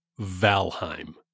Valheim